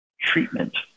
treatment